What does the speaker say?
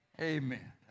amen